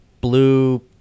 blue